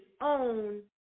own